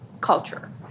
culture